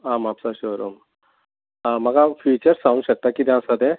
आं म्हापसा शोरूम आं म्हाका फिचर्स सांगूंक शकता कितें आसा तें